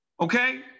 Okay